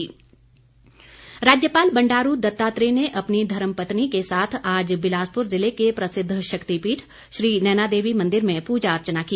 बंडारू दत्तात्रेय राज्यपाल बंडारू दत्तात्रेय ने अपनी धर्मपत्नी के साथ आज बिलासपुर जिले के प्रसिद्ध शक्तिपीठ श्री नैनादेवी मंदिर में पूजा अर्चना की